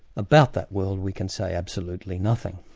about that world we can say absolutely nothing.